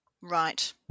Right